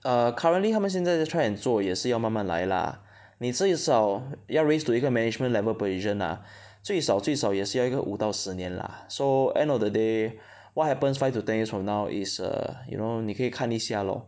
err currently 他们现在在 try and 做也是要慢慢来 lah 你最少要 raise to 一个 management level position ah 最少最少也是要一个五到十年 lah so end of the day what happens five to ten years from now is err you know 你可以看一下 lor